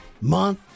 month